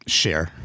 share